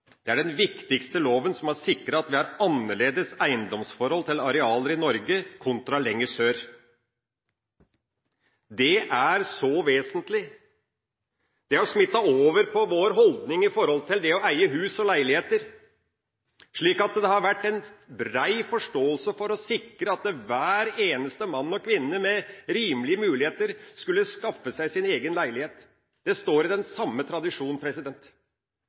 det er den viktigste loven som har sikret at vi har annerledes eiendomsforhold til arealer i Norge kontra lenger sør. Det er så vesentlig at det har smittet over på vår holdning til å eie hus og leiligheter, slik at det har vært en bred forståelse for å sikre at hver eneste mann og kvinne med rimelige muligheter skal kunne skaffe seg sin egen leilighet. Det står i den samme tradisjonen.